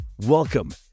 Welcome